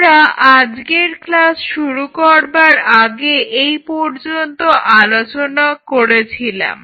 আমরা আজকের ক্লাস শুরু করবার আগে এই পর্যন্ত আলোচনা করেছিলাম